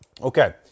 Okay